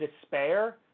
despair